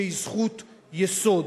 שהיא זכות יסוד.